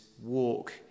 walk